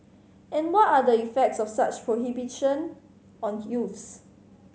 and what are the effects of such prohibition on youths